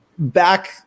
back